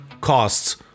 costs